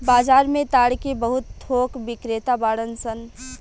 बाजार में ताड़ के बहुत थोक बिक्रेता बाड़न सन